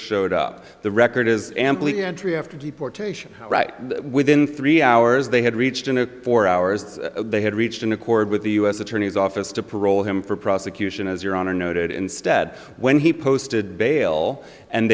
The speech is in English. showed up the record as amply entry after deportation right within three hours they had reached in a four hours they had reached an accord with the u s attorney's office to parole him for prosecution as your honor noted instead when he posted bail and